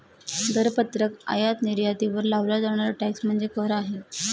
दरपत्रक आयात निर्यातीवर लावला जाणारा टॅक्स म्हणजे कर आहे